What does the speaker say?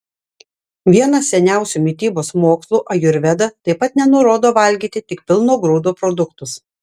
vienas seniausių mitybos mokslų ajurveda taip pat nenurodo valgyti tik pilno grūdo produktus